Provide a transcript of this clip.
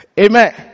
amen